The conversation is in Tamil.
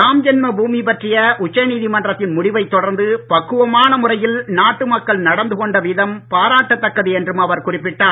ராம்ஜென்ம பூமி பற்றிய உச்ச நீதிமன்றத்தின் முடிவைத் தொடர்ந்து பக்குவமான முறையில் நாட்டு மக்கள் நடந்துகொண்ட விதம் பாராட்டத் தக்கது என்றும் அவர் குறிப்பிட்டார்